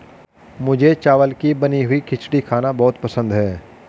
मुझे चावल की बनी हुई खिचड़ी खाना बहुत पसंद है